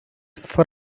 for